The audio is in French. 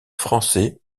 français